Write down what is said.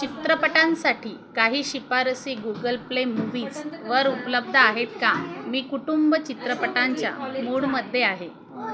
चित्रपटांसाठी काही शिफारशी गुगल प्ले मूव्हीज वर उपलब्ध आहेत का मी कुटुंब चित्रपटांच्या मूडमध्ये आहे